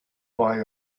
buy